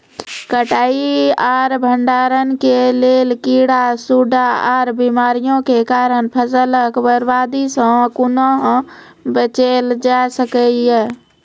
कटाई आर भंडारण के लेल कीड़ा, सूड़ा आर बीमारियों के कारण फसलक बर्बादी सॅ कूना बचेल जाय सकै ये?